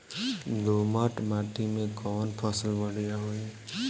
दोमट माटी में कौन फसल बढ़ीया होई?